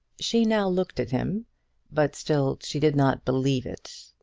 she now looked at him but still she did not believe it.